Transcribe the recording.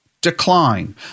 decline